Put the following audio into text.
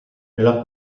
nella